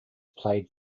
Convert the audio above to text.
played